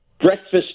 breakfast